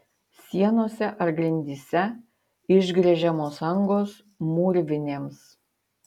sienose ar grindyse išgręžiamos angos mūrvinėms